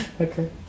Okay